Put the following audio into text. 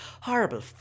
horrible